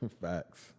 Facts